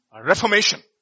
Reformation